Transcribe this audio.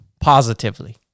positively